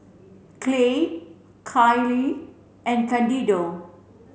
Clay Kylene and Candido